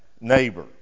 neighbor